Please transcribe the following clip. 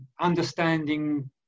understanding